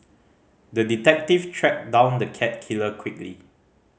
the detective tracked down the cat killer quickly